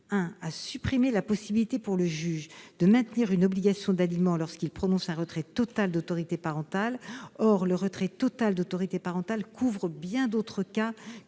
à supprimer la possibilité pour le juge de maintenir une obligation d'aliment lorsqu'il prononce un retrait total d'autorité parentale. Or le retrait total d'autorité parentale couvre bien d'autres cas